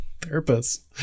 therapist